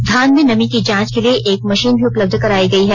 धान में नमी की जांच के लिए एक मशीन भी उपलब्ध करायी गयी है